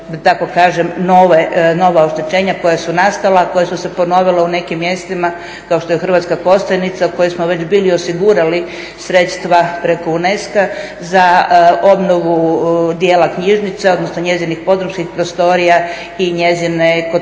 tako kažem nova oštećenja koja su nastala, koja su se ponovila u nekim mjestima kao što je Hrvatska Kostajnica u kojoj smo već bili osigurali sredstva preko UNESCO-a za obnovu dijela knjižnice, odnosno njezinih podrumskih prostorija i njezine kotlovnice